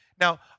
Now